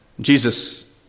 Jesus